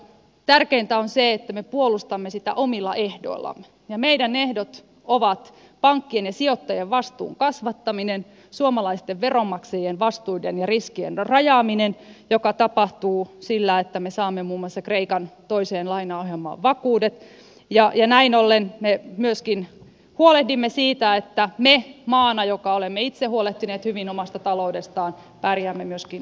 tärkeintä on se että me puolustamme sitä omilla ehdoillamme ja meidän ehdot ovat pankkien ja sijoittajien vastuun kasvattaminen suomalaisten veronmaksajien vastuiden ja riskien rajaaminen joka tapahtuu sillä että me saamme muun muassa kreikan toiseen lainaohjelmaan vakuudet ja näin ollen me myöskin huolehdimme siitä että me maana joka on itse huolehtinut hyvin omasta taloudestaan pärjäämme myöskin tulevaisuudessa